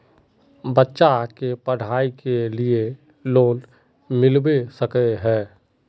बच्चा के पढाई के लिए लोन मिलबे सके है?